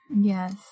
Yes